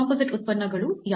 composite ಉತ್ಪನ್ನಗಳು ಯಾವುವು